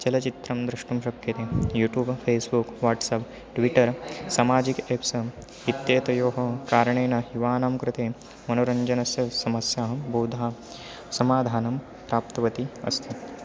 चलचित्रं द्रष्टुं शक्यते यूटूब फ़ेस्बुक् वाट्सप् ट्विटर् समाजिक एप्सम् इत्येतयोः कारणेन युवानां कृते मनोरञ्जनस्य समस्या बहुधा समाधानं प्राप्तवती अस्ति